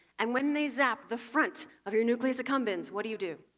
and when they zap the front of your nucleus accumbens, what do you do?